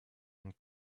and